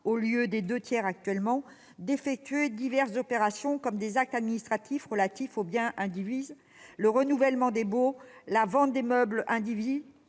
au lieu de deux tiers actuellement, d'effectuer diverses opérations, comme des actes administratifs relatifs au bien indivis, le renouvellement des baux, la vente des meubles indivis